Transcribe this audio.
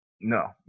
No